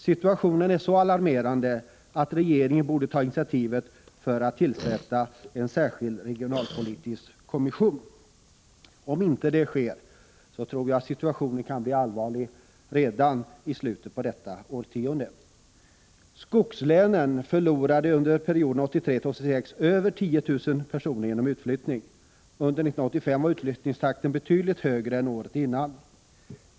Situationen är så alarmerande att regeringen borde ta initiativ till att tillsätta en särskild regionalpolitisk kommission. Jag tror att om detta inte sker kan situationen bli allvarlig redan i slutet på detta årtionde. Skogslänen förlorade under perioden 1983-1986 över 10 000 personer genom utflyttning. Under 1985 var utflyttningstakten betydligt högre än året innan.